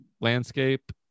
landscape